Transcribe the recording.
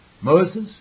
Moses